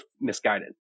misguided